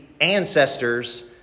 ancestors